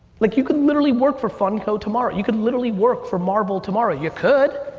like you could literally work for funko tomorrow. you could literally work for marvel tomorrow. you could,